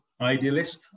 idealist